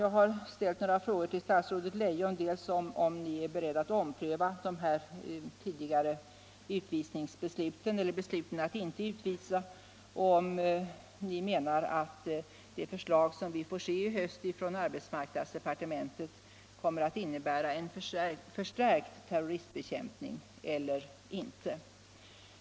Jag har ställt några frågor till statsrådet Leijon, dels om hon är beredd att ompröva de tidigare besluten att vissa utvisningar inte skall verkställas, dels om statsrådet menar att det förslag från arbetsmarknadsdepartementet som vi får se i höst kommer att innebära en förstärkt terroristbekämpning eller inte.